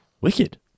wicked